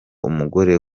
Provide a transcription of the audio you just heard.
umugore